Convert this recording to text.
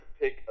pick